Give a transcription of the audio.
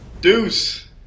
deuce